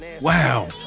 Wow